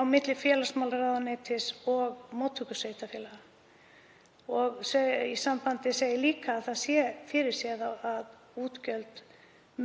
á milli félagsmálaráðuneytis og móttöku sveitarfélaga. Sambandið segir líka að það sé fyrirséð að útgjöld